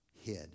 hid